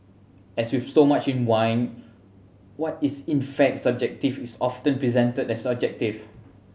as with so much in wine what is in fact subjective is often presented as objective